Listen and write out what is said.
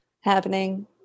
happening